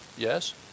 Yes